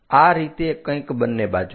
આ રીતે કંઈક બંને બાજુએ